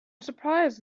surprised